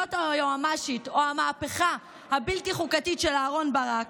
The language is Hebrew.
סמכויות היועמ"שית או המהפכה הבלתי-חוקתית של אהרן ברק,